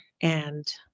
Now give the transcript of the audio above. And-